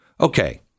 Okay